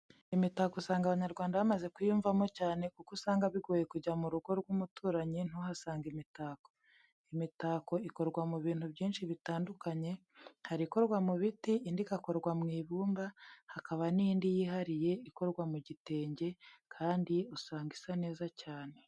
Imitako usanga abanyarwanda bamaze kuyiyumvamo cyane, kuko usanga bigoye kujya mu rugo rw'umuturanyi ntuhasange imitako. Imitako ikorwa mu bintu byinshi bitandukanye, hari ikorwa mu biti, indi igakorwa mu ibumba, hakaba n'indi yihariye ikorwa mu gitenge kandi usanga isa neza cyane.